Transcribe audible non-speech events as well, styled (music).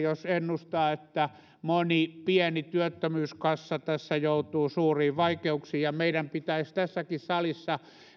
(unintelligible) jos ennustaa että moni pieni työttömyyskassa tässä joutuu suuriin vaikeuksiin ja meidän pitäisi tässäkin salissa